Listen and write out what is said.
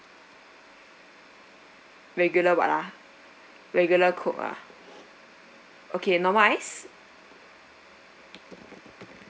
regular what ah regular coke ah okay normal ice